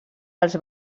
als